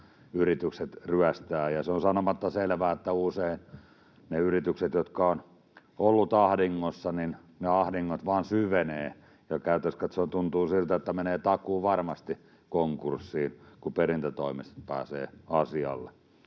yrityksiltä ryöstää. Ja se on sanomatta selvää, että usein niillä yrityksillä, jotka ovat olleet ahdingossa, ne ahdingot vain syvenevät, ja käytännöllisesti katsoen tuntuu siltä, että menee takuuvarmasti konkurssiin, kun perintätoimisto pääsee asialle.